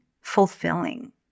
fulfilling